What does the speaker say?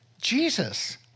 Jesus